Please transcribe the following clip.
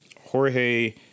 jorge